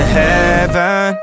heaven